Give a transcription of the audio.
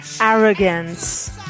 arrogance